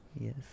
Yes